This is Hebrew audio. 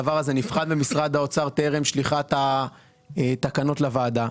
הדבר הזה נבחן במשרד האוצר טרם שליחת התקנות לוועדה.